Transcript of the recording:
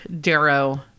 Darrow